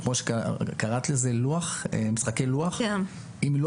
כמו שקראת להם "משחקי לוח" אם לא